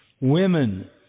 Women